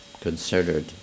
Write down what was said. considered